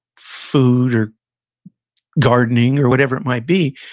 food or gardening or whatever it might be,